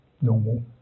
normal